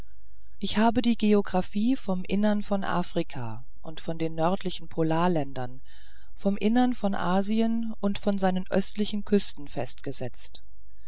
ich habe die geographie vom innern von afrika und von den nördlichen polarländern vom innern von asien und von seinen östlichen küsten festgesetzt